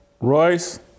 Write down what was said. Royce